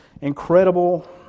incredible